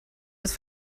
het